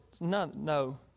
No